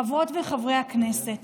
חברות וחברי הכנסת,